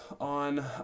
on